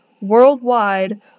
worldwide